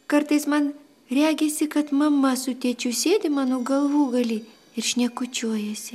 kartais man regisi kad mama su tėčiu sėdi mano galvūgaly ir šnekučiuojasi